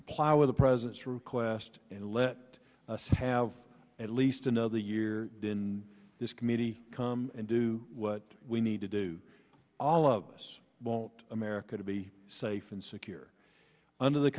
comply with the president's request and let us have at least another year in this committee come and do what we need to do all of us won't america to be safe and secure under the